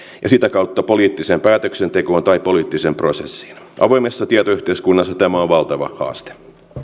ja sitä kautta poliittiseen päätöksentekoon tai poliittiseen prosessiin avoimessa tietoyhteiskunnassa tämä on valtava haaste